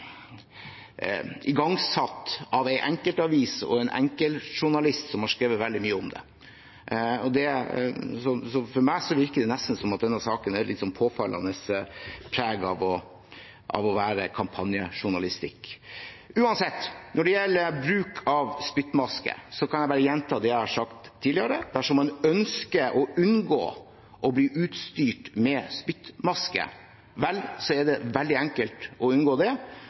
igangsatt av en enkeltavis og en enkeltjournalist som har skrevet veldig mye om det. For meg virker det nesten som om denne saken har et litt påfallende preg av å være kampanjejournalistikk. Uansett, når det gjelder bruk av spyttmaske, kan jeg bare gjenta det jeg har sagt tidligere. Dersom man ønsker å unngå å bli utstyrt med spyttmaske, er det veldig enkelt å unngå det.